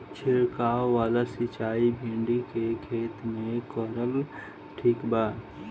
छीरकाव वाला सिचाई भिंडी के खेती मे करल ठीक बा?